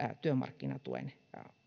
työmarkkinatuen